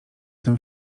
tym